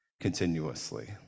continuously